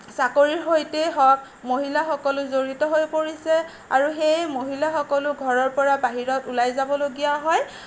চাকৰিৰ সৈতে হওক মহিলাসকলো জড়িত হৈ পৰিছে আৰু সেয়ে মহিলাসকলো ঘৰৰ পৰা বাহিৰত ওলাই যাবলগীয়া হয়